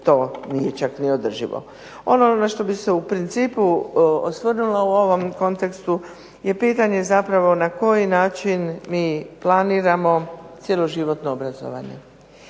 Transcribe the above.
to nije čak ni održivo. Ono na što bih se u principu osvrnula u ovom kontekstu je pitanje zapravo na koji način mi planiramo cjeloživotno obrazovanje.